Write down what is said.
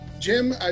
Jim